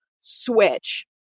switch